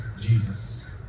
Jesus